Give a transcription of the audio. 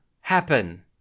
happen